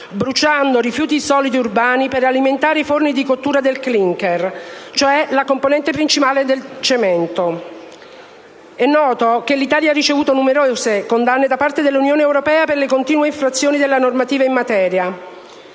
bruciando rifiuti solidi urbani per alimentare i forni di cottura del *clinker*, cioè la componente principale del cemento. È noto che l'Italia ha ricevuto numerose condanne da parte dell'Unione europea per le continue infrazioni della normativa in materia.